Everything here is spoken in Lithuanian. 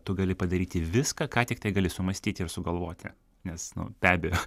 tu gali padaryti viską ką tiktai gali sumąstyti ir sugalvoti nes nu be abejo